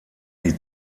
die